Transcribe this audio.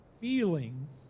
feelings